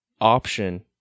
option